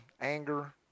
anger